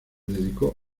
dedicó